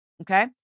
Okay